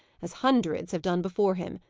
as hundreds have done before him,